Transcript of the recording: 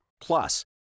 Plus